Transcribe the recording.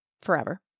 forever